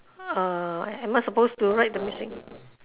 err am I supposed to write the missing